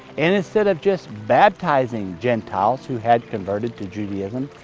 and instead of just baptizing gentiles who had converted to judaism,